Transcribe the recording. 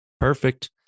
Perfect